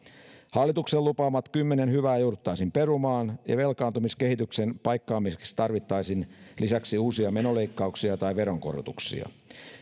hallituksen lupaamat kymmenen hyvää jouduttaisiin perumaan ja velkaantumiskehityksen paikkaamiseksi tarvittaisiin lisäksi uusia menoleikkauksia tai veronkorotuksia